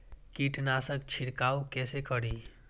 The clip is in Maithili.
कीट नाशक छीरकाउ केसे करी?